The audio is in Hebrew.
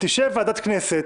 תשב ועדת כנסת